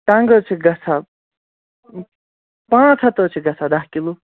ٹَنگ حظ چھِ گَژھان پانژھ ہَتھ حظ چھِ گَژھان دَہ کِلوٗ